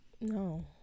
No